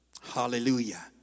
Hallelujah